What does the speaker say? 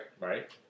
Right